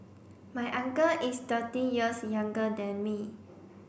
my uncle is thirty years younger than me